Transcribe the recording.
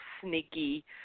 sneaky